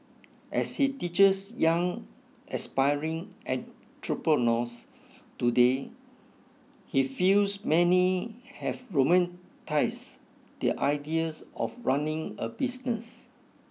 as he teaches young aspiring entrepreneurs today he feels many have romanticise the ideas of running a business